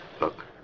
Look